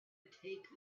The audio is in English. take